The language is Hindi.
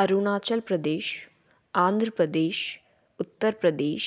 अरुणाचल प्रदेश आंध्र प्रदेश उत्तर प्रदेश